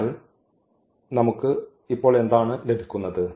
അതിനാൽ നമുക്ക് ഇപ്പോൾ എന്താണ് ലഭിക്കുന്നത്